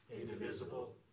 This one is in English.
indivisible